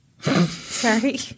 Sorry